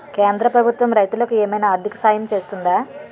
కేంద్ర ప్రభుత్వం రైతులకు ఏమైనా ఆర్థిక సాయం చేస్తుందా?